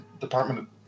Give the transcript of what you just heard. Department